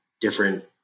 different